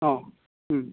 औ उम